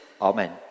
Amen